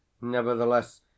nevertheless